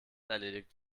erledigt